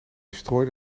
strooide